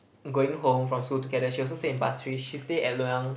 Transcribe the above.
going home from school together she also stay in Pasir Ris she stay at Loyang